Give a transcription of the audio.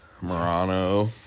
murano